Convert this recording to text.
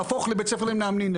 להפוך לבית ספר למאמנים.